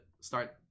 start